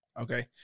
okay